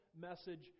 message